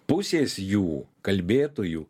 pusės jų kalbėtojų